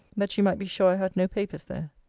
that she might be sure i had no papers there.